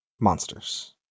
monsters